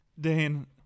Dane